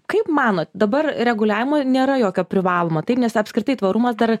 kaip manot dabar reguliavimo nėra jokio privaloma taip nes apskritai tvarumas dar